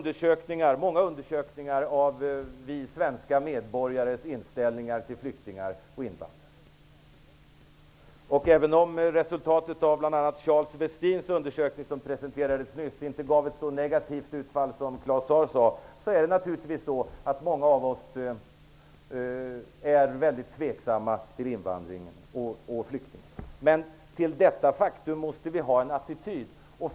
Det har gjorts många undersökningar av svenska medborgares inställning till flyktingar och invandrare. Även om resultatet av bl.a. Charles Westins undersökning, som presenterades nyss, inte gav ett så negativt utfall som Claus Zaar sade, är det naturligtvis så att många av oss är tveksamma till invandring och flyktingar. Men vi måste ha en attityd till detta faktum.